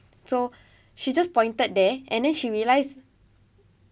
so she just pointed there and then she realise